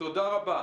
תודה רבה.